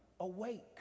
Awake